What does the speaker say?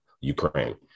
Ukraine